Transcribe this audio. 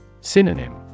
Synonym